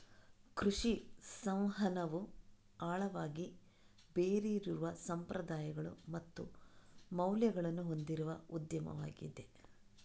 ಕೃಷಿ ಸಂವಹನವು ಆಳವಾಗಿ ಬೇರೂರಿರುವ ಸಂಪ್ರದಾಯಗಳು ಮತ್ತು ಮೌಲ್ಯಗಳನ್ನು ಹೊಂದಿರುವ ಉದ್ಯಮವಾಗಿದೆ